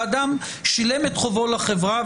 אדם שילם את חובו לחברה,